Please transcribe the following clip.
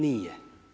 Nije.